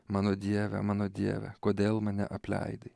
mano dieve mano dieve kodėl mane apleidai